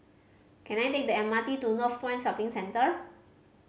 can I take the M R T to Northpoint Shopping Center